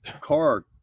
car